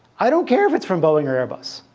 i don't care if it's from boeing or airbus.